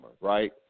right